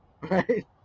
right